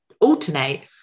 alternate